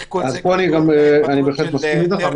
אני מסכים איתך,